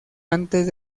antes